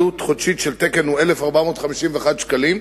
עלות חודשית של תקן היא 1,451 שקלים,